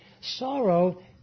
Sorrow